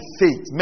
faith